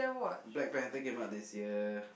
Black-Panther came out this year